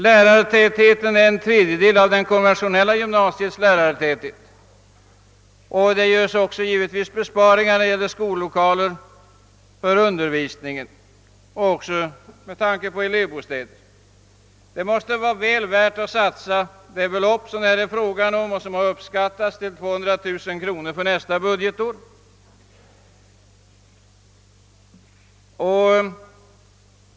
Lärartätheten är en tredjedel av det konventionella gymnasiets, och det görs givetvis också besparingar då det gäller skollokaler för undervisningen och i fråga om elevbostäder. Det måste anses väl värt att satsa det belopp det här rör sig om, uppskattningsvis 200 000 kronor, för nästa budgetår.